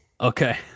Okay